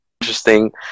interesting